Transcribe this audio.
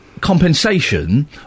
compensation